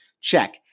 Check